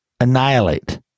Annihilate